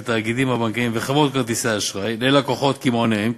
התאגידים הבנקאיים וחברות כרטיסי האשראי ללקוחות קמעונאיים,